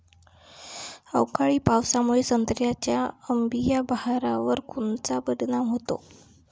अवकाळी पावसामुळे संत्र्याच्या अंबीया बहारावर कोनचा परिणाम होतो?